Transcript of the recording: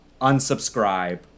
unsubscribe